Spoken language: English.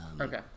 Okay